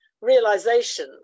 realization